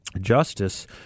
justice